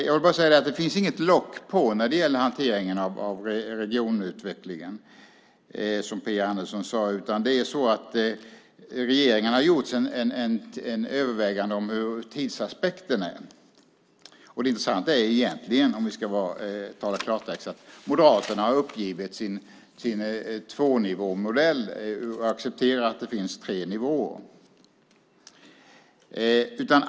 Jag vill bara säga att det finns inget lock på, som Phia Andersson sade, när det gäller hanteringen av regionutvecklingen, utan regeringen har gjort ett övervägande om hur tidsaspekten är. Om vi ska tala klartext är det intressanta egentligen att Moderaterna har uppgett sin tvånivåmodell och accepterar att det finns tre nivåer.